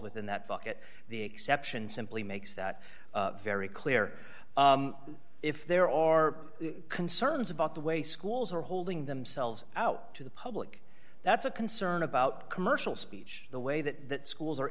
within that bucket the exception simply makes that very clear if there are concerns about the way schools are holding themselves out to the public that's a concern about commercial speech the way that schools are